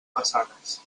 façanes